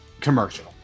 commercial